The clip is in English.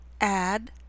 add